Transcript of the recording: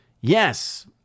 Yes